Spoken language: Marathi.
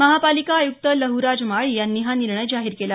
महापालिका आयुक्त लहराज माळी यांनी हा निर्णय जाहीर केला